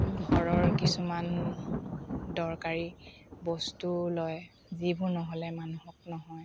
ঘৰৰ কিছুমান দৰকাৰী বস্তু লয় যিবোৰ নহ'লে মানুহক নহয়